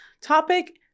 topic